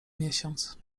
miesiąc